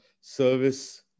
service